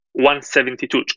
172